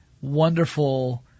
wonderful